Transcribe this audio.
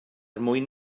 mwyn